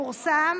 פורסם